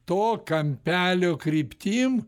to kampelio kryptim